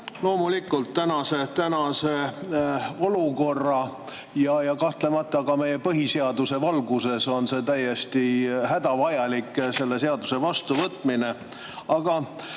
Loomulikult tänase olukorra ja kahtlemata ka meie põhiseaduse valguses on täiesti hädavajalik selle seaduse vastuvõtmine. Aga